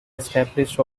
established